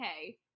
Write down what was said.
okay